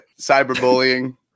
Cyberbullying